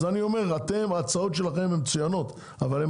אז אני אומר שההצעות שלכם מצוינות אבל הן